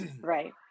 Right